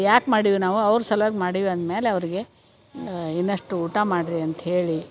ಯಾಕೆ ಮಾಡೀವಿ ನಾವು ಅವ್ರ ಸಲ್ವಾಗಿ ಮಾಡಿವಿ ಅಂದ್ಮ್ಯಾಲೆ ಅವರಿಗೆ ಇನ್ನಷ್ಟು ಊಟ ಮಾಡ್ರಿ ಅಂತ್ಹೇಳಿ